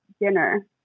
dinner